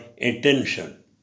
attention